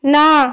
না